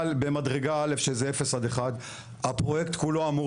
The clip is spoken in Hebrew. במדרגה א' שזה 0-1. הפרויקט כולו אמור